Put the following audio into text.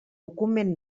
document